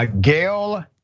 Gail